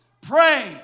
Pray